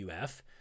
UF